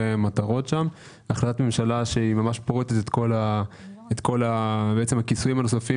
מדובר בהחלטת ממשלה שפורטת את כל הכיסויים הנוספים